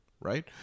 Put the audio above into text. right